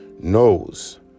knows